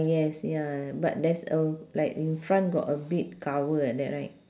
yes ya but there's a like in front got a big cover like that right